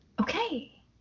okay